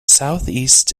southeast